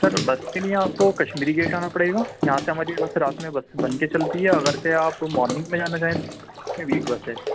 سر bus کے لیے آپ کو کشمیری گیٹ آنا پڑے گا یہاں سے ہماری بس رات میں بس بن کے چلتی ہے اگرچہ آپ مارننگ میں جانا چاہیں میں بھی ایک بس ہے